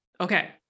Okay